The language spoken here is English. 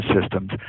systems